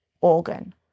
organ